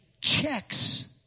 checks